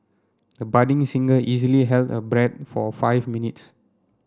the budding singer easily held her breath for five minutes